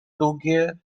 długie